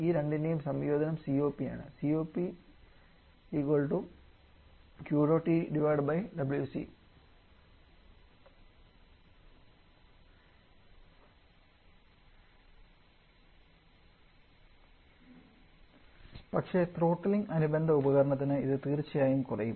ഈ രണ്ടിന്റെയും സംയോജനം COP ആണ് പക്ഷേ ത്രോട്ടിലിംഗ് അനുബന്ധ ഉപകരണത്തിന് ഇത് തീർച്ചയായും കുറയും